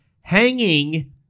hanging